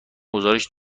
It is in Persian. گزارش